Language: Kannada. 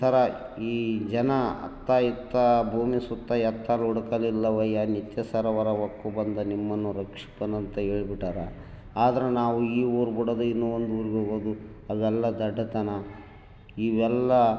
ಈ ಥರ ಈ ಜನ ಅತ್ತ ಇತ್ತ ಭೂಮಿ ಸುತ್ತ ಎತ್ತಲು ಹುಡುಕಲಿಲ್ಲವಯ್ಯ ನಿತ್ಯ ಸರವರ ಒಕ್ಕೂ ಬಂದ ನಿಮ್ಮನ್ನು ರಕ್ಷಿಪನು ಅಂತ ಹೇಳ್ಬಿಟ್ಟಾರ ಆದರೂ ನಾವು ಈ ಊರ ಬಿಡೋದು ಇನ್ನೊಂದು ಊರಿಗೆ ಹೋಗೋದು ಅದೆಲ್ಲ ದಡ್ಡತನ ಇವೆಲ್ಲಾ